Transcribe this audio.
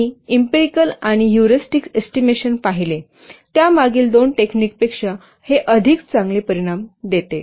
आम्ही इम्पिरिकल आणि heuristic estimation पाहिले त्या मागील दोन टेक्निकपेक्षा हे चांगले परिणाम देते